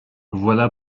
voilà